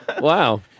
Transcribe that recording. Wow